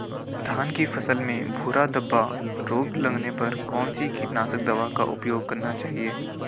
धान की फसल में भूरा धब्बा रोग लगने पर कौन सी कीटनाशक दवा का उपयोग करना चाहिए?